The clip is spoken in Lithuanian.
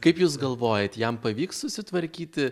kaip jūs galvojat jam pavyks susitvarkyti